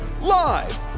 live